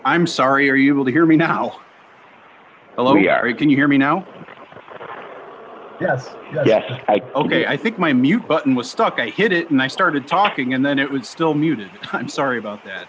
i'm sorry are you able to hear me now hello yari can you hear me now yes a skype ok i think my mute button was stuck i hit it and i started talking and then it was still muted i'm sorry about that